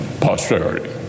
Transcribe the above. posterity